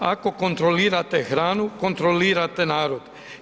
Ako kontrolirate hranu, kontrolirate narod.